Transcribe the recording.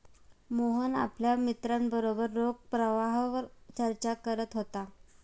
मोहन आपल्या मित्रांबरोबर रोख प्रवाहावर चर्चा करत होता